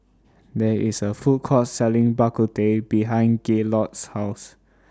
There IS A Food Court Selling Bak Kut Teh behind Gaylord's House